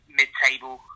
mid-table